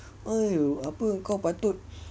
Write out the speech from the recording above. oh apa kau patut